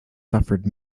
suffered